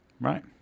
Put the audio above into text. right